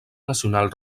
nacional